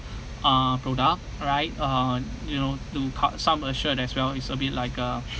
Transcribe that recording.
uh product right uh you know to ka~ some assured as well it's a bit like a